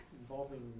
Involving